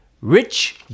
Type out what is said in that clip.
Rich